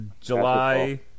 July